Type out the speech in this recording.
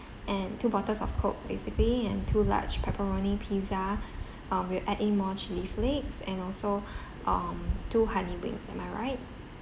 and two bottles of coke basically and two large pepperoni pizza um we'll add in more chilli flakes and also um two honey wings am I right